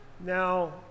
Now